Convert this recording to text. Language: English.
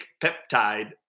peptide